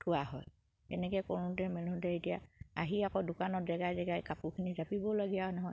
হয় এনেকে কৰোঁতে মেলোঁতে এতিয়া আহি আকৌ দোকানত জেগাই জেগাই কাপোৰখিনি জাপিবলগীয়া হয় নহয়